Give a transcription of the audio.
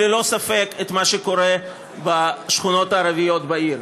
הוא ללא ספק מה שקורה בשכונות הערביות בעיר.